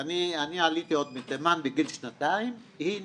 אני עליתי עוד מתימן בגיל שנתיים, היא נולדה,